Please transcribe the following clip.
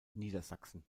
niedersachsen